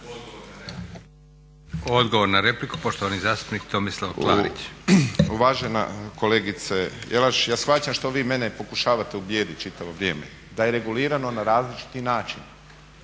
Odgovor na repliku, poštovani zastupnik Tomislav Klarić. **Klarić, Tomislav (HDZ)** Uvažena kolegice Jelaš, ja shvaćam što vi mene pokušavate ubijediti čitavo vrijeme da je regulirano na različiti način